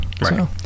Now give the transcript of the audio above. right